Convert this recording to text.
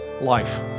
life